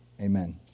amen